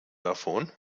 davon